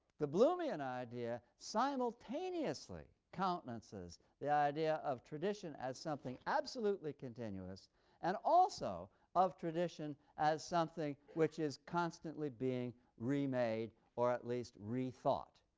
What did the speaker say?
the bloomian idea simultaneously countenances the idea of tradition as something absolutely continuous and also of tradition as something which is constantly being remade or at least rethought.